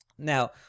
Now